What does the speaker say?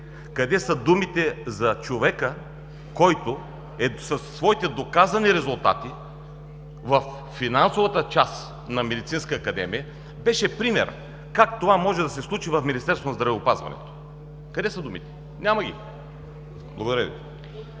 Къде са думите за човека, който със своите доказани резултати във финансовата част на Военномедицинска академия беше пример как това може да се случи в Министерството на здравеопазването? Къде са думите? Няма ги. Благодаря Ви.